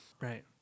Right